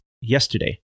yesterday